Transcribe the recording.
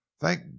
thank